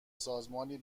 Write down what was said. سازمانی